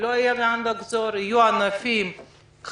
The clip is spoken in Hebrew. שלא יהיה לאן לחזור, יהיו ענפים חדשים.